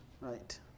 right